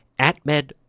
AtMed